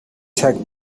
cheque